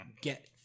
get